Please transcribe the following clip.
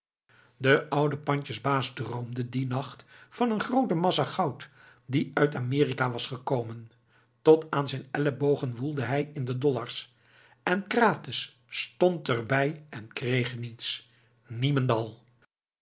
de oude pandjesbaas droomde dien nacht van een groote massa goud die uit amerika was gekomen tot aan zijn ellebogen woelde hij in de dollars en krates stond er bij en kreeg niets niemendal